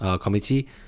Committee